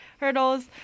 hurdles